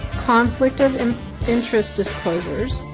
conflict of and interest disclosures,